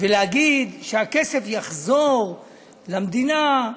ולהגיד שהכסף יחזור למדינה,